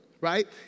right